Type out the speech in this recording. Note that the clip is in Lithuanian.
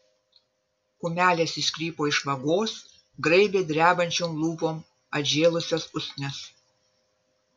kumelės iškrypo iš vagos graibė drebančiom lūpom atžėlusias usnis